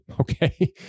Okay